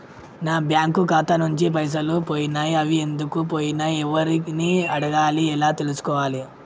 నా బ్యాంకు ఖాతా నుంచి పైసలు పోయినయ్ అవి ఎందుకు పోయినయ్ ఎవరిని అడగాలి ఎలా తెలుసుకోవాలి?